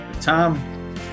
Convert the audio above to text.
Tom